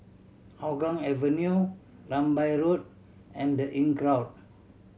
Hougang Avenue Rambai Road and The Inncrowd